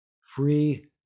free